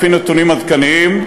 לפי נתונים עדכניים,